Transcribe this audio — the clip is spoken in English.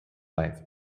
life